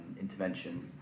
intervention